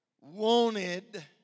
wanted